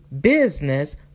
business